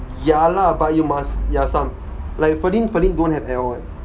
ya lah but you must ya some like feline feline don't have at all eh